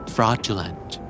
Fraudulent